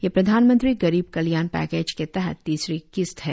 यह प्रधानमंत्री गरीब कल्याण पैकेज के तहत तीसरी किस्त है